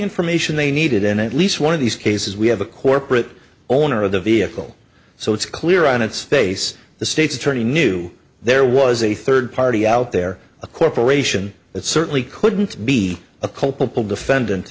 information they needed in at least one of these cases we have a corporate owner of the vehicle so it's clear on its face the state's attorney knew there was a third party out there a corporation that certainly couldn't be a culpable defendant